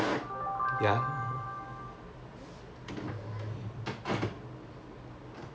but ya lah but அந்த அங்க அந்த:antha anga antha school leh படிச்சது இருந்தே:padichathu irunthe she hated science